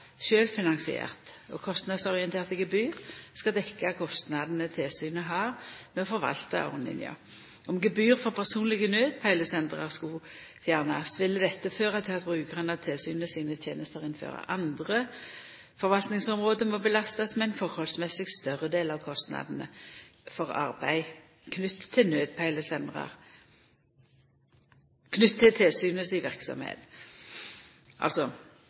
sjølvfinansiert, og kostnadsorienterte gebyr skal dekkja kostnadene tilsynet har med å forvalta ordninga. Om gebyr for personlege naudpeilesendarar skulle fjernast, ville dette føra til at brukarane av tilsynet sine tenester innafor andre forvaltingsområde må belastast med ein forholdsmessig større del av kostnadene knytte til tilsynet si verksemd. Alternativt må kostnadene for arbeid knytt til naudpeilesendarar bli unnatekne frå sjølvfinansieringsordninga og i